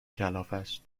کلافست